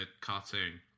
cartoon